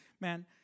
man